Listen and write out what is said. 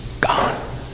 Gone